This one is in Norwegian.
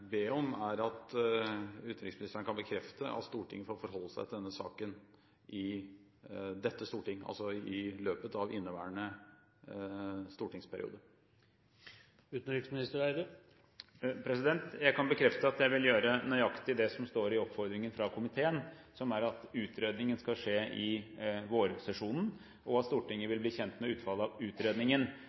be om, er at utenriksministeren bekrefter at Stortinget får forholde seg til denne saken i dette storting, altså i løpet av inneværende stortingsperiode. Jeg kan bekrefte at jeg vil gjøre nøyaktig det som står i oppfordringen fra komiteen, som er at utredningen skal skje i vårsesjonen, og at Stortinget vil bli kjent med utfallet av utredningen.